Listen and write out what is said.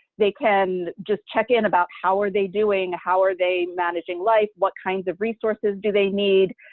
they can just check in about how are they doing, how are they managing life, what kinds of resources do they need.